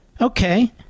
Okay